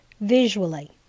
visually